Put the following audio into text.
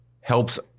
helps